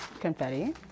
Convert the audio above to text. Confetti